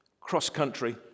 cross-country